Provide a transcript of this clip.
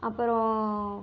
அப்புறம்